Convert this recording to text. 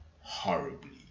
horribly